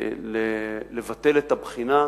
לבטל את הבחינה,